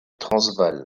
transvaal